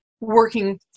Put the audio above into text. working